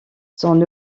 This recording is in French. son